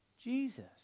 Jesus